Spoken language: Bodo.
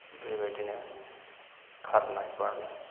बेबायदिनो खारनाय बारनाय